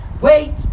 Wait